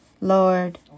Lord